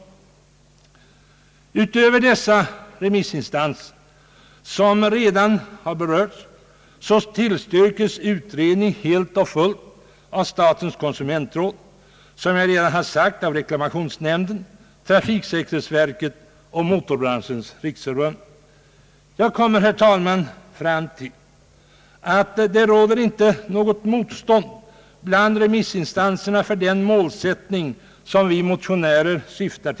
Utöver de remissinstanser som redan berörts har även statens konsumentråd och, som jag redan har sagt, reklamationsnämnden, trafiksäkerhetsverket och Motorbranschens riksförbund helt och fullt tillstyrkt utredning. Jag kommer, herr talman, fram till att det bland remissinstanserna inte råder något motstånd mot den målsättning som vi motionärer har.